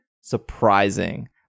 surprising